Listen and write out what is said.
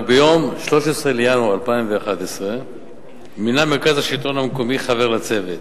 רק ביום 13 בינואר 2011 מינה מרכז השלטון המקומי חבר לצוות.